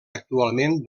actualment